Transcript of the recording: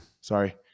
Sorry